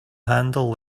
handle